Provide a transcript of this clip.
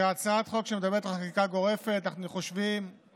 וכהצעת חוק שמדברת על חקיקה גורפת, אנחנו חושבים,